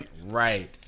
Right